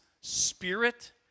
spirit